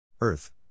Earth